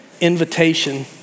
invitation